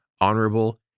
honorable